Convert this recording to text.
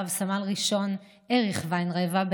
רב-סמל ראשון אריך וינרבה,